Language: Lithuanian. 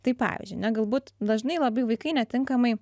tai pavyzdžiui ne galbūt dažnai labai vaikai netinkamai